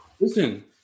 Listen